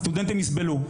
הסטודנטים יסבלו.